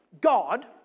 God